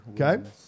Okay